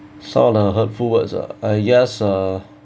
sort of hurtful words ah I guess uh